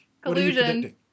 Collusion